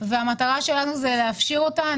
והמטרה שלנו היא להפשיר אותה.